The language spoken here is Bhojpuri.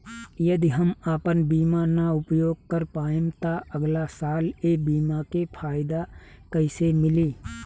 यदि हम आपन बीमा ना उपयोग कर पाएम त अगलासाल ए बीमा के फाइदा कइसे मिली?